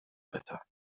better